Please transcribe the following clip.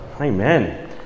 Amen